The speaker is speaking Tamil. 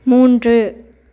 மூன்று